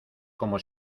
como